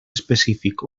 específic